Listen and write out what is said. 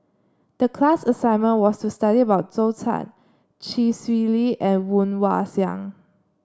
the class assignment was to study about Zhou Can Chee Swee Lee and Woon Wah Siang